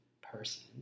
person